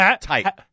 tight